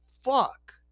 fuck